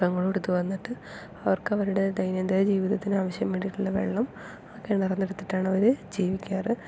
കുടങ്ങളും എടുത്ത് വന്നിട്ട് അവർക്ക് അവരുടെ ദൈനംദിന ജീവിതത്തിന് ആവശ്യമായിട്ടുള്ള വെള്ളം ആ കിണറിൽനിന്ന് എടുത്തിട്ടാണ് അവർ ജീവിക്കാറ്